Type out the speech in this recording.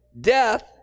Death